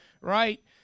right